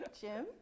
Jim